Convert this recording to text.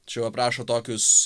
čia jau aprašo tokius